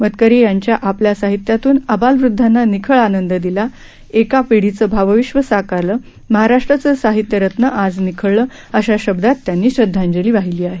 मतकरी यांनी आपल्या साहित्यातून आबालवृद्धांना निखळ आनंद दिला एका पिढीचं भावविश्व साकारलं महाराष्ट्राचं साहित्यरत्न आज निखळलं अशा शब्दात त्यांनी श्रदधांजली वाहिली आहे